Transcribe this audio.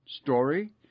story